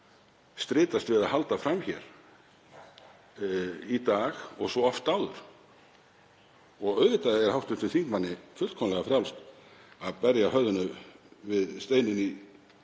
hann stritast við að halda fram hér í dag og svo oft áður. Auðvitað er hv. þingmanni fullkomlega frjálst að berja höfðinu við steininn í